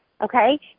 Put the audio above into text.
Okay